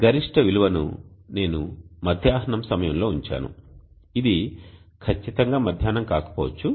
గరిష్ట విలువను నేను మధ్యాహ్నం సమయంలో ఉంచాను ఇది ఖచ్చితంగా మధ్యాహ్నం కాకపోవచ్చు